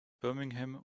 birmingham